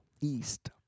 East